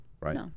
right